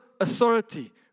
authority